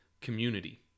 community